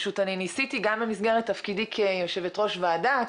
פשוט ניסיתי גם במסגרת תפקידי כיושבת-ראש ועדה,